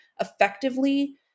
effectively